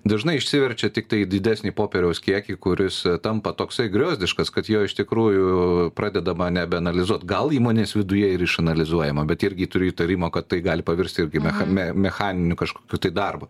dažnai išsiverčia tiktai į didesnį popieriaus kiekį kuris tampa toksai griozdiškas kad jo iš tikrųjų pradedama nebeanalizuot gal įmonės viduje ir išanalizuojama bet irgi turiu įtarimą kad tai gali pavirsti irgi mechame mechaniniu kažkokiu tai darbu